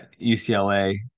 ucla